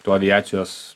tuo aviacijos